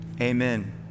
Amen